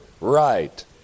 Right